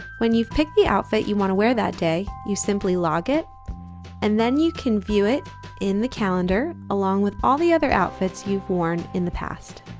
when you pick the outfit you want to wear that day you simply log it and then you can view it in the calendar along with all the other outfits you've worn in the past